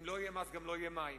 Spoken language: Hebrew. אם לא יהיה מס גם לא יהיו מים,